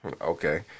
Okay